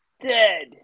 dead